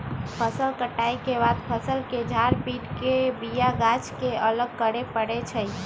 फसल कटाइ के बाद फ़सल के झार पिट के बिया गाछ के अलग करे परै छइ